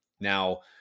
Now